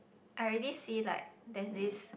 I already see like there is this